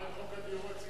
מה עם חוק הדיור הציבורי?